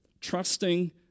trusting